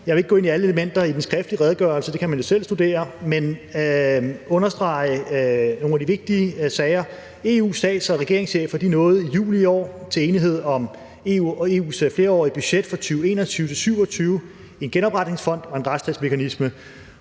Jeg vil ikke gå ind i alle elementer i den skriftlige redegørelse – det kan man jo selv studere – men jeg vil understrege nogle af de vigtige sager. EU's stats- og regeringschefer nåede i juli i år til enighed om EU's flerårige budget for 2021-2027, en genopretningsfond og en retsstatsmekanisme.